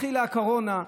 התחילה הקורונה,